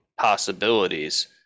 possibilities